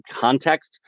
context